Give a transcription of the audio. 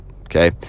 okay